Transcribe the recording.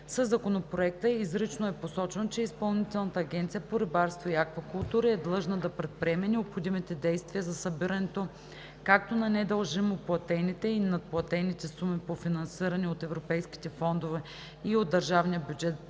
Със Законопроекта изрично е посочено, че Изпълнителната агенция по рибарство и аквакултури е длъжна да предприеме необходимите действия за събирането както на недължимо платените и надплатените суми по финансирани от европейските фондове и от държавния бюджет